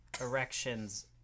erections